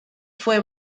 fue